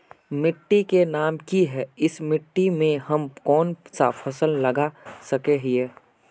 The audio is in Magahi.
मिट्टी के नाम की है इस मिट्टी में हम कोन सा फसल लगा सके हिय?